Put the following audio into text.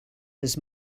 his